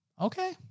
okay